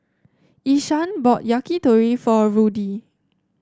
Ishaan bought Yakitori for Rudy